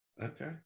Okay